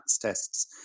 tests